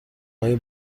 های